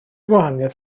gwahaniaeth